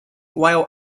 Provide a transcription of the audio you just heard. while